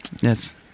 Yes